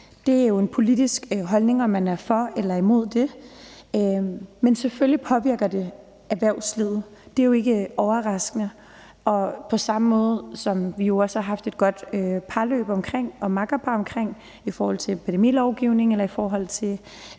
jo af den politiske holdning, altså om man er for eller imod det, men selvfølgelig påvirker det erhvervslivet – det er jo ikke overraskende. På samme måde har vi jo også haft et godt parløb omkring epidemilovgivning, i forhold til andre ting under corona, i forhold til